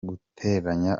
guteranya